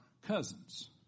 cousins